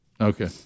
Okay